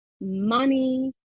money